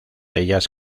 ellas